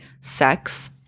sex